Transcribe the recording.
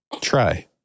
try